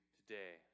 today